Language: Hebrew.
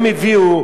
הם הביאו